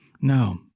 No